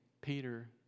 Peter